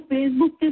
Facebook